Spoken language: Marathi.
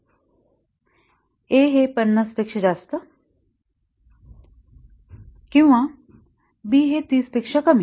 a हे 50 पेक्षा जास्त किंवा b हे 30 पेक्षा कमी